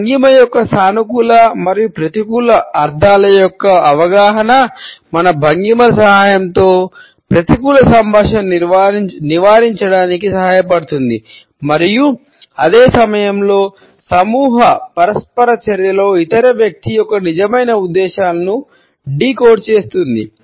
భంగిమ యొక్క సానుకూల మరియు ప్రతికూల అర్థాల యొక్క అవగాహన మన భంగిమల సహాయంతో ప్రతికూల సంభాషణను నివారించడానికి సహాయపడుతుంది మరియు అదే సమయంలో సమూహ పరస్పర చర్యలో ఇతర వ్యక్తి యొక్క నిజమైన ఉద్దేశాలను డీకోడ్ చేస్తుంది